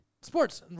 Sports